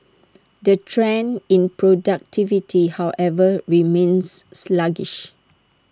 the trend in productivity however remains sluggish